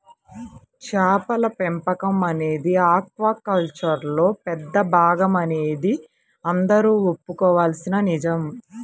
చేపల పెంపకం అనేది ఆక్వాకల్చర్లో పెద్ద భాగమనేది అందరూ ఒప్పుకోవలసిన నిజం